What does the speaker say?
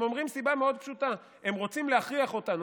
הם אומרים סיבה מאוד פשוטה: הם רוצים להכריח אותנו.